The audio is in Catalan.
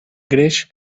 greix